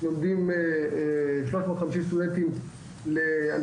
למרות מה שאמר נכון מנכ"ל האוניברסיטה העברית